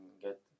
get